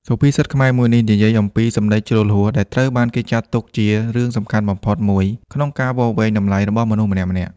សុភាសិតខ្មែរមួយនេះនិយាយអំពី សម្តីជ្រុលហួស ដែលត្រូវបានគេចាត់ទុកជារឿងសំខាន់បំផុតមួយ នៅក្នុងការវាស់វែងតម្លៃរបស់មនុស្សម្នាក់ៗ។